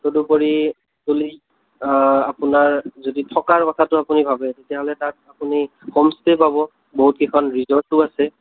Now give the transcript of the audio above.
তদুপৰি গ'লে আ আপুনি যদি থকাৰ কথাটো যদি ভাৱে তেতিয়াহ'লে আপুনি হোম ষ্টে পাব বহুত কেইখন ৰিৰ্জটো আছে